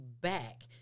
back